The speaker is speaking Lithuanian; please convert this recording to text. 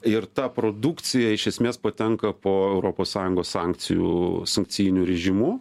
ir ta produkcija iš esmės patenka po europos sąjungos sankcijų sankcijiniu režimu